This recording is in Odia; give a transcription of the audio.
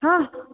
ହଁ